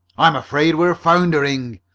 i'm afraid we're foundering!